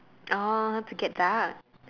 oh to get dark